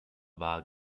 war